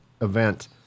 event